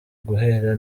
guhera